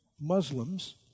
Muslims